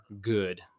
good